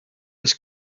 oes